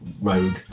Rogue